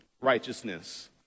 righteousness